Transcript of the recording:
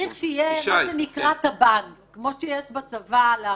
צריך שיהיה תב"ן, כמו שיש בצבא לעריקים,